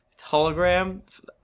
hologram